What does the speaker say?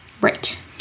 right